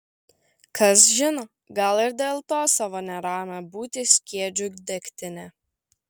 kas žino gal ir dėl to savo neramią būtį skiedžiu degtine